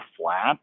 flat